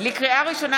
לקריאה ראשונה,